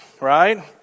Right